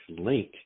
link